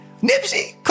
Nipsey